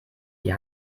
die